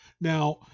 Now